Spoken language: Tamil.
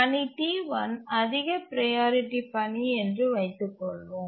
பணி T1 அதிக ப்ரையாரிட்டி பணி என்று வைத்துக் கொள்வோம்